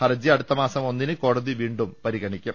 ഹർജി അടുത്ത മാസം ഒന്നിന് കോടതി വീണ്ടും പരിഗണിക്കും